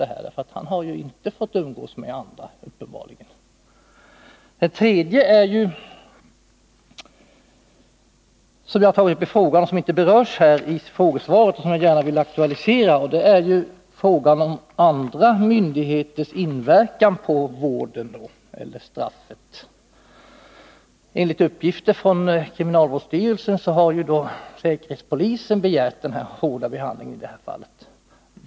Den här personen har uppenbarligen inte fått umgås med andra. En tredje fråga, som inte berörs i svaret men som jag har aktualiserat, är frågan om andra myndigheters inverkan på vården eller straffet. Enligt uppgift från kriminalvårdsstyrelsen har säkerhetspolisen begärt den hårda behandlingen i det här fallet.